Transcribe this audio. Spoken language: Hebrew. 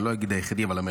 אולי לא היחידי אבל המרכזי,